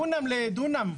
דונם לדונם,